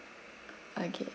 okay